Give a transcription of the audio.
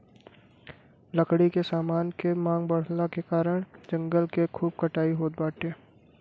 लकड़ी के समान के मांग बढ़ला के कारण जंगल के खूब कटाई होत बाटे